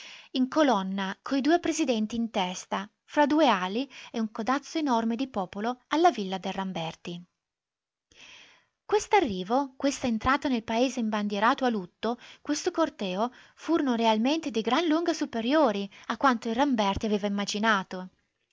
in colonna coi due presidenti in testa fra due ali e un codazzo enorme di popolo alla villa del ramberti quest'arrivo questa entrata nel paese imbandierato a lutto questo corteo furono realmente di gran lunga superiori a quanto il ramberti aveva immaginato